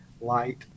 light